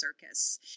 circus